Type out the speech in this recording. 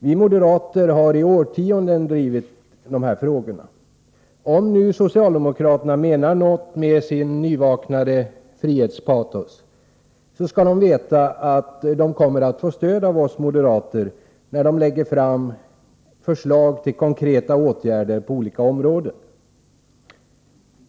Vi moderater har i årtionden drivit dessa frågor. Om nu socialdemokraterna menar något med sitt nyvaknade frihetspatos, så skall de veta att de kommer att få stöd av oss moderater när de lägger fram förslag till konkreta åtgärder på olika områden.